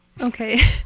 okay